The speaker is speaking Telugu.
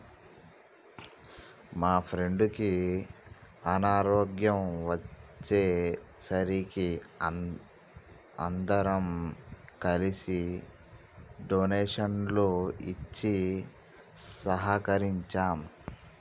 మా ఫ్రెండుకి అనారోగ్యం వచ్చే సరికి అందరం కలిసి డొనేషన్లు ఇచ్చి సహకరించాం